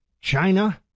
China